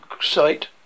site